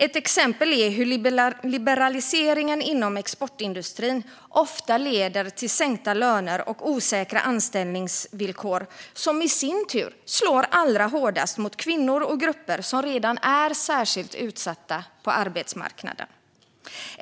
Ett exempel är hur liberaliseringen inom exportindustrin ofta leder till sänkta löner och osäkra anställningsvillkor, som i sin tur slår allra hårdast mot kvinnor och grupper som redan är särskilt utsatta på arbetsmarknaden.